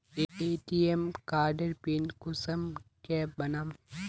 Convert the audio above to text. ATM कार्डेर pin कुंसम के बनाम?